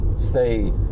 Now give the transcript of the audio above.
stay